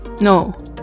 no